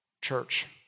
Church